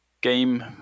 game